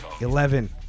eleven